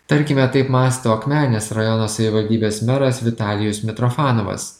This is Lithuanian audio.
tarkime taip mąsto akmenės rajono savivaldybės meras vitalijus mitrofanovas